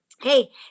hey